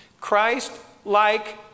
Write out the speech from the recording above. Christ-like